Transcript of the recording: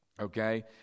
okay